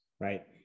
right